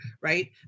right